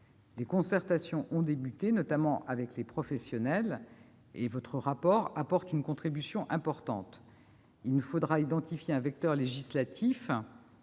Des concertations ont commencé, notamment avec les professionnels. Sur ce plan, votre rapport apporte une contribution importante. Il nous faudra identifier un vecteur législatif.